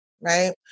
Right